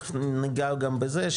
ותכף ניגע גם בזה,